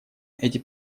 эти